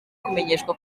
kumenyeshwa